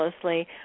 closely